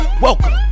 Welcome